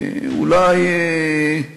אולי, בבקשה,